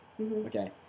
Okay